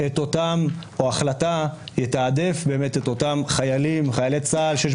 -- או החלטה שתתעדף את אותם חיילי צה"ל שיש